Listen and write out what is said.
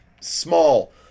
small